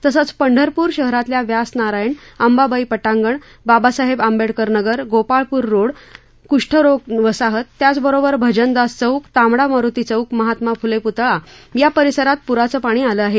तसेच पंढरपूर शहरातील व्यास नारायण अंबाबाई पटांगण बाबासाहेब आंबेडकर नगर गोपाळपूर रोड कुष्ठरोग वसाहत त्याचबरोबर भजनदास चौक तांबडा मारुती चौक महात्मा फुले पुतळा या परिसरात पुराचे पाणी आलेले आहे